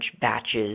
batches